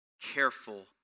careful